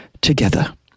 together